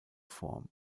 form